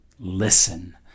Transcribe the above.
listen